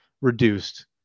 reduced